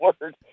word